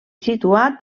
situat